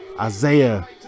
Isaiah